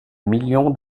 million